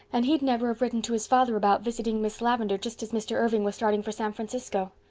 and he'd never have written to his father about visiting miss lavendar just as mr. irving was starting for san francisco.